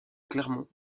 clermont